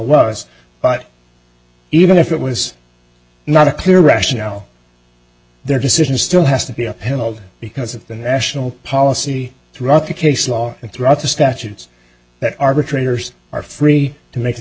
was but even if it was not a clear rationale their decision still has to be upheld because of the national policy throughout the case law and throughout the statutes arbitrators are free to make their